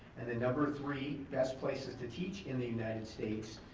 and the number three best places to teach in the united states,